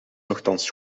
nochtans